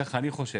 ככה אני חושב.